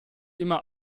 immer